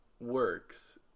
works